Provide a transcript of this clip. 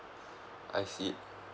I see